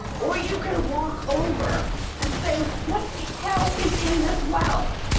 or you can walk over and say, what the hell is in this well?